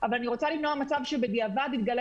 אבל אני רוצה למנוע מצב שבדיעבד יתגלה